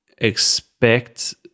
expect